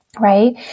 Right